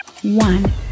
One